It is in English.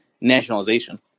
nationalization